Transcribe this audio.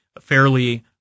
fairly